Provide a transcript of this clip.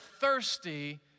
thirsty